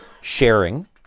sharing